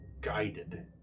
guided